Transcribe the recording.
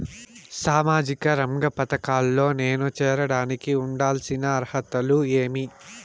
సామాజిక రంగ పథకాల్లో నేను చేరడానికి ఉండాల్సిన అర్హతలు ఏమి?